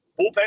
bullpen